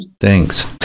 Thanks